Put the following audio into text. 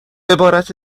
عبارت